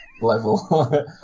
level